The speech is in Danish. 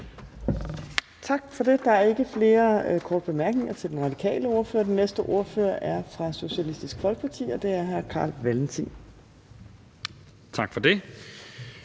Tak for det. Der er ikke flere korte bemærkninger til den radikale ordfører. Den næste ordfører er fra Socialistisk Folkeparti, og det er hr. Carl Valentin. Kl.